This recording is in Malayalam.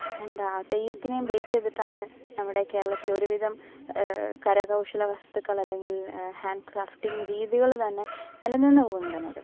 എന്താ തെയ്യത്തിനേം ബേസ് ചെയ്തിട്ടാണ് നമ്മുടെ കേരളത്തിൽ ഒരുവിധം കരകൗശല വസ്തുക്കൾ അല്ലെങ്കിൽ ഹാൻ ക്രാഫ്റ്റിംഗ് രീതികൾ തന്നെ നിലനിന്ന് പോന്നിരുന്നത്